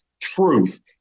truth